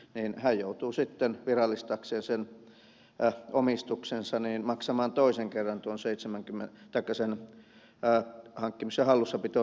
en hän joutuu sitten laillisesti virallistaakseen sen omistuksensa maksamaan toisen kerran sen hankkimis ja hallussapitoluvan